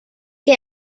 que